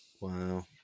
Wow